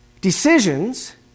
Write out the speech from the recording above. Decisions